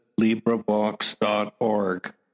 LibriVox.org